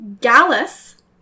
Gallus